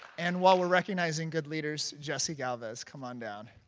and while we're recognizing good leaders jesse galvez come on down.